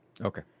Okay